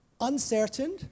uncertain